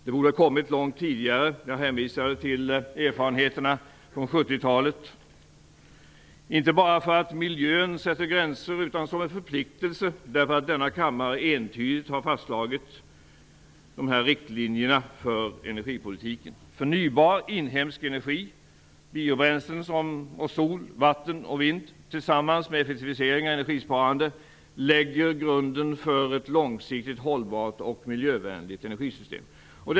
Det borde ha varit aktuellt långt tidigare - jag hänvisade till erfarenheterna från 70-talet - inte bara för att miljön sätter gränser utan som en förpliktelse därför att denna kammare entydigt har fastslagit dessa riktlinjer för energipolitiken. Förnybar inhemsk energi såsom biobränslen, sol, vatten och vind tillsammans med effektiviseringar och energisparande lägger grunden för ett långsiktigt hållbart och miljövänligt energisystem.